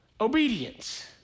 obedience